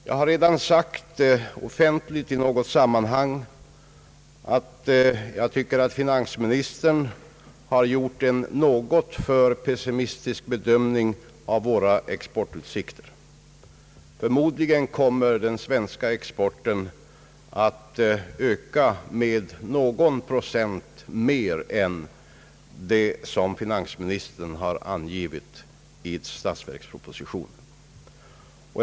Jag har redan i något sammanhang sagt offentligt, att jag tycker att finansministern har gjort en något för pessimistisk bedömning av våra exportutsikter. Förmodligen kommer den svenska exporten att öka med någon procent mer än vad finansministern har angett i statsverkspropositionen.